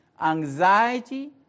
anxiety